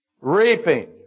Reaping